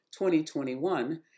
2021